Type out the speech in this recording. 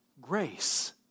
grace